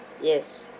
yes